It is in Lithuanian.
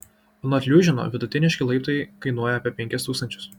anot liužino vidutiniškai laiptai kainuoja apie penkis tūkstančius